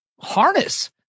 harness